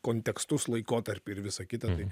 kontekstus laikotarpį ir visa kita tai